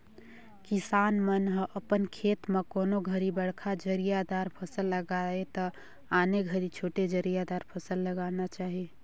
किसान मन ह अपन खेत म कोनों घरी बड़खा जरिया दार फसल लगाये त आने घरी छोटे जरिया दार फसल लगाना चाही